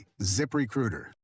ZipRecruiter